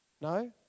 No